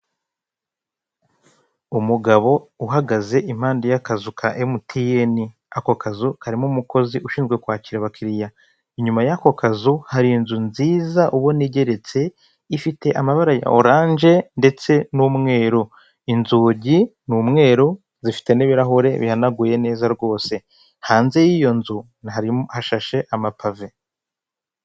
Umugabo uhagaze impande y'akazu ka emutiyeni ako kazu karimo umukozi ushinzwe kwakira abakiriya, inyuma y'ako kazu hari inzu nziza ubona igeretse ifite amabara ya oranje ndetse n'umweru, inzugi ni umweru zifite n'ibirahure bihanaguye neza rwose hanze y'iyo nzu harimo hashashe amapave.